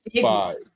five